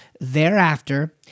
thereafter